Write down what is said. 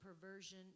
perversion